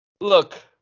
Look